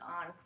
on